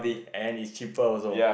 and it's cheaper also